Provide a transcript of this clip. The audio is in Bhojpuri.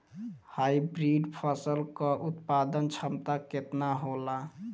हाइब्रिड फसल क उत्पादन क्षमता केतना होला?